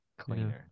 Cleaner